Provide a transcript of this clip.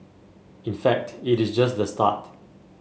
in fact it is just the start